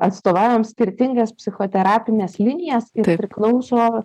atstovaujam skirtingas psichoterapines linijas ir priklauso